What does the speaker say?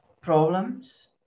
problems